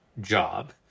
job